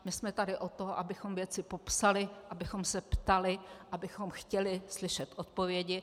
My jsme tady od toho, abychom věci popsali, abychom se ptali, abychom chtěli slyšet odpovědi.